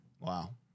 Wow